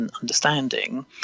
understanding